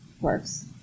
works